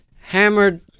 hammered